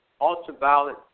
ultraviolet